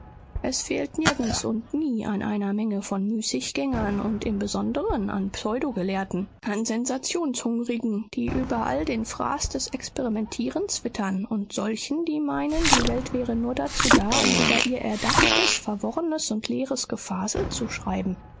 es fehlt nirgends und nie an einer menge von müßiggängern und im besonderen an pseudogelehrten an sensationshungrigen die überall den fraß des experimentierens wittern und solchen die meinen die welt wäre nur dazu da um über ihr erdachtes verworrenes und leeres gefasel zu schreiben